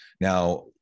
Now